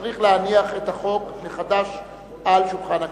צריך להניח את החוק מחדש על שולחן הכנסת,